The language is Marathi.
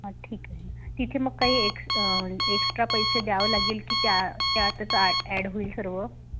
हां ठीक आहे ना तिथे मग काही एक्स एक्स्ट्रा पैसे द्यावं लागेल की त्या त्यातच ॲड होईल सर्व